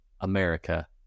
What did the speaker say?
America